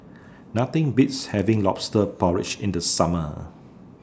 Nothing Beats having Lobster Porridge in The Summer